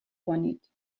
کنید